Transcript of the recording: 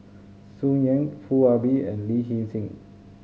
Tsung Yeh Foo Ah Bee and Lin Hsin Hsin